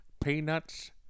Peanuts